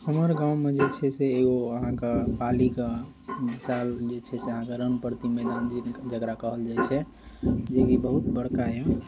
हमर गाममे जे छै से एगो अहाँके पालीके इस साल जे छै से अहाँके रनप्रति मैदान जकरा कहल जाइ छै जेकि बहुत बड़का अइ